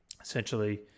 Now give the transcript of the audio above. essentially